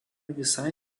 visai